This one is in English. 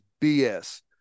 BS